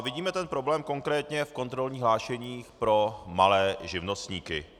Vidíme ten problém konkrétně v kontrolních hlášeních pro malé živnostníky.